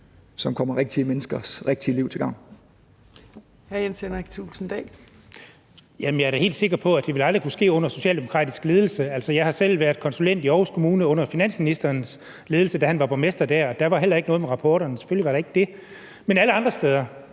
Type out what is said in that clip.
Jens Henrik Thulesen Dahl (DF): Jeg er da helt sikker på, at det aldrig ville kunne ske under socialdemokratisk ledelse. Jeg har selv været konsulent i Aarhus Kommune under finansministerens ledelse, da han var borgmester der, og der var heller ikke noget galt med rapporterne. Selvfølgelig var der